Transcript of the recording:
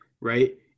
right